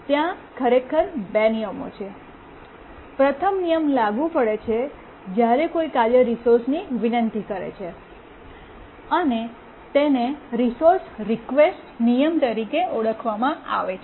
ત્યાં ખરેખર બે નિયમો છે પ્રથમ નિયમ લાગુ પડે છે જ્યારે કોઈ કાર્ય રિસોર્સની વિનંતી કરે છે અને તેને રિસોર્સ રિકવેસ્ટ નિયમ તરીકે ઓળખવામાં આવે છે